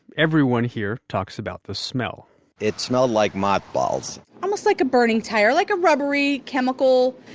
everyone here talks about the smell it smelled like moth balls. almost like a burning tire. like a rubbery chemical.